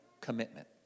commitment